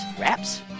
wraps